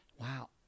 Wow